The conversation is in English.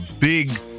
big